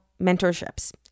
mentorships